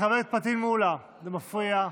חבר הכנסת פטין מולא, מפריע.